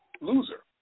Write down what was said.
Loser